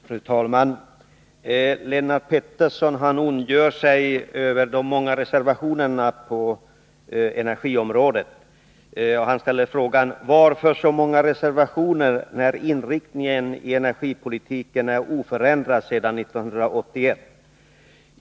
Fru talman! Lennart Pettersson ondgör sig över de många reservationerna iutskottsbetänkandet om energipolitiken och ställer frågan: Varför så många reservationer, när inriktningen i energipolitiken är oförändrad sedan 1981?